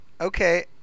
Okay